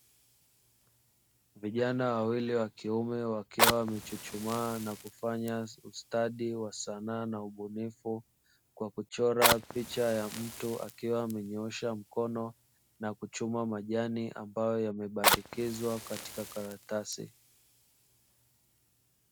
Vijana wawili wa kiume wakiwa wamechuchumaa na kufanya ustadi wa sanaa na ubunifu kwa kuchora picha ya mtu akiwa amenyoosha mkono na kuchuma majani ambayo yamebandikizwa katika karatasi.